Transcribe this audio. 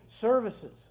services